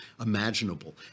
imaginable